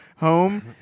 Home